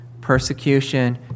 persecution